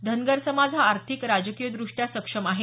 धनगर समाज हा आथिक राजकीयदृष्टया सक्षम आहे